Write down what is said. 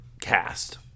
cast